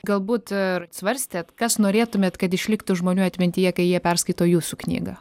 galbūt ir svarstėt kas norėtumėt kad išliktų žmonių atmintyje kai jie perskaito jūsų knygą